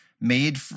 made